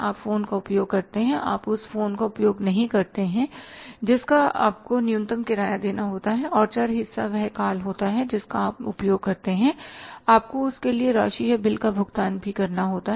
आप फोन का उपयोग करते हैं आप उस फोन का उपयोग नहीं करते हैं जिसका आपको न्यूनतम किराया देना होता है और चर हिस्सा वह कॉल होता है जिसका आप उपयोग करते हैं और आपको उसके लिए राशि या बिल का भुगतान भी करना होता है